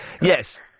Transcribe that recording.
Yes